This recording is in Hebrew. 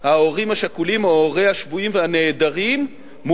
ההורים השכולים או הורי השבויים והנעדרים עם